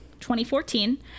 2014